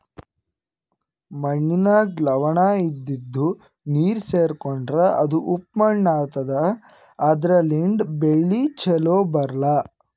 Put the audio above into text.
ಮಣ್ಣಿನಾಗ್ ಲವಣ ಇದ್ದಿದು ನೀರ್ ಸೇರ್ಕೊಂಡ್ರಾ ಅದು ಉಪ್ಪ್ ಮಣ್ಣಾತದಾ ಅದರ್ಲಿನ್ಡ್ ಬೆಳಿ ಛಲೋ ಬರ್ಲಾ